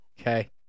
Okay